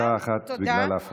אני מוסיף לך דקה בגלל ההפרעות.